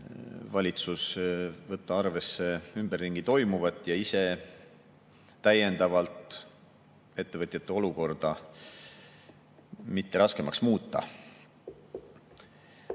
valitsus võtta arvesse ümberringi toimuvat ja ise täiendavalt ettevõtjate olukorda mitte raskemaks muuta. Ma